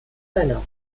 seiner